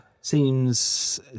Seems